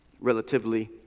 relatively